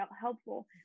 helpful